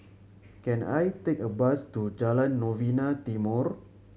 can I take a bus to Jalan Novena Timor